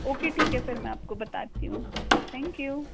okay ठीक है फिर मैं आप को बताती हूँ थैंक यू